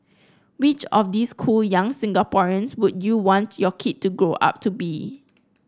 which of these cool young Singaporeans would you want your kid to grow up to be